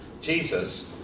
Jesus